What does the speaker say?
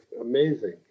amazing